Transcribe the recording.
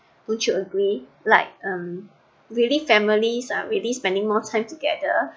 don't you agree like um really families are really spending more time together